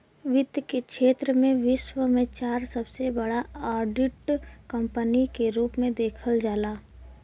वित्त के क्षेत्र में विश्व में चार सबसे बड़ा ऑडिट कंपनी के रूप में देखल जाला